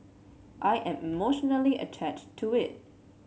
I am emotionally attached to it